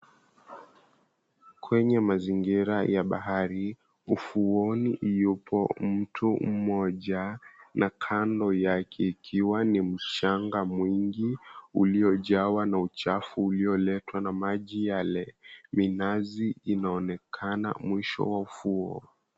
Kwenye mazingira ya bahari. Ufuoni, yupo mtu mmoja na kando yake ikiwa ni mchanga mwingi uliojawa na uchafu ulioletwa na maji yale. Minazi inaonekana mwisho wa ufuo.